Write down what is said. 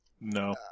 No